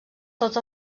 tots